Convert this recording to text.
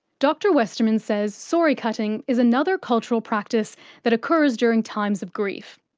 dr westerman says sorry-cutting is another cultural practise that occurs during times of grief,